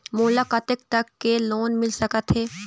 मोला कतेक तक के लोन मिल सकत हे?